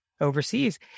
overseas